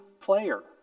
player